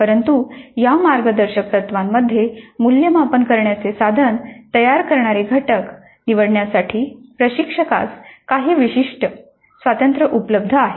परंतु या मार्गदर्शक तत्त्वांमध्ये मूल्यमापन करण्याचे साधन तयार करणारे घटक निवडण्यासाठी प्रशिक्षकास काही विशिष्ट स्वातंत्र्य उपलब्ध आहे